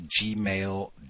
gmail